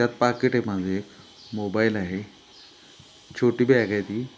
त्यात पाकीट आहे माझं एक मोबाईल आहे छोटी बॅग आहे ती